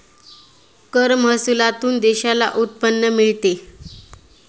कर महसुलातून देशाला उत्पन्न मिळते